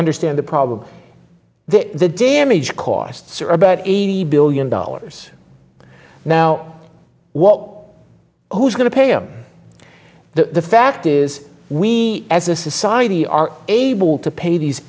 understand the problem that the damage costs are about eighty billion dollars now what who's going to pay him the fact is we as a society are able to pay these